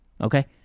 okay